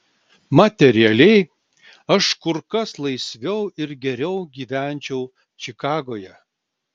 materialiai aš kur kas laisviau ir geriau gyvenčiau čikagoje